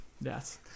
yes